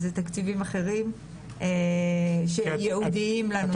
זה מתקציבים אחרים שייעודיים לנושא הזה.